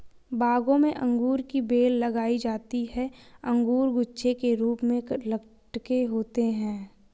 बागों में अंगूर की बेल लगाई जाती है अंगूर गुच्छे के रूप में लटके होते हैं